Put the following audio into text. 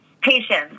Patience